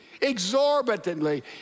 exorbitantly